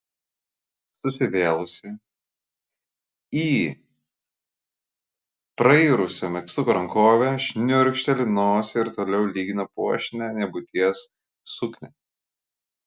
susivėlusi į prairusio megztuko rankovę šniurkšteli nosį ir toliau lygina puošnią nebūties suknią